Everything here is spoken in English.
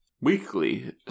weekly